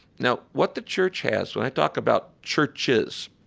now, what the church has, when i talk about churches,